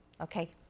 Okay